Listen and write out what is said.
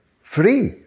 free